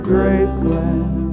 Graceland